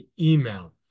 email